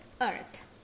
earth